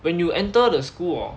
when you enter the school orh